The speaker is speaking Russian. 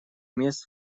мест